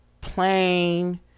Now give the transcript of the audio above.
Plain